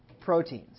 proteins